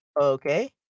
okay